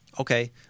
Okay